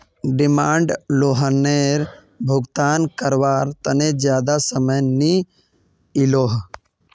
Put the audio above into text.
demand लोअनेर भुगतान कारवार तने ज्यादा समय नि इलोह